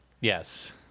yes